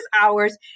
hours